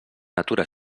natura